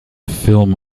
film